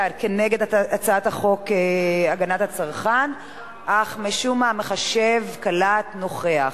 נגד הצעת החוק הגנת הצרכן אך משום מה המחשב קלט נוכח.